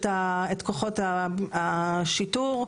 זה מידע פנימי, הוא משמש את כוחות השיטור.